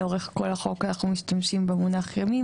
לאורך כל החוק אנחנו משתמשים במונח ימים,